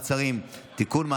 מעצרים) (תיקון,